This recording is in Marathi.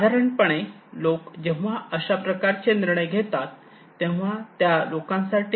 साधारणपणे लोक जेव्हा अशा प्रकारचे निर्णय घेतात तेव्हा त्या लोकांसाठी इन्फॉर्मेशन सोर्स काय असतो